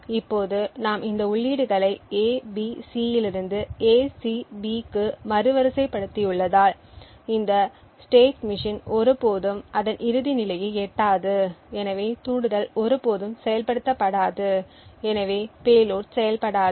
இப்போது நாம் இந்த உள்ளீடுகளை A B C இலிருந்து A C B க்கு மறுவரிசைப்படுத்தியுள்ளதால் இந்த ஸ்டேட் மெஷின் ஒருபோதும் அதன் இறுதி நிலையை எட்டாது எனவே தூண்டுதல் ஒருபோதும் செயல்படுத்தப்படாது எனவே பேலோட் செயல்படாது